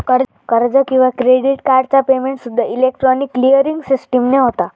कर्ज किंवा क्रेडिट कार्डचा पेमेंटसूद्दा इलेक्ट्रॉनिक क्लिअरिंग सिस्टीमने होता